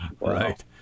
Right